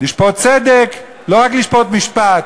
לשפוט צדק, לא רק לשפוט משפט.